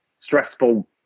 stressful